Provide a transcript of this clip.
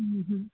ꯎꯝ ꯑꯝ